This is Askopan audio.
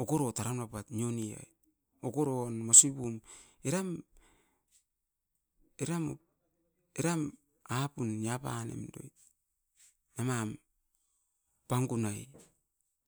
okoro taran nuapat nio ni ai. Okoron masupun, eram-eram apun niapanim doit, a mam Pangunai.